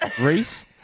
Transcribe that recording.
Reese